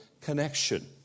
connection